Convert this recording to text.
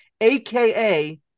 aka